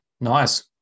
Nice